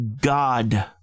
god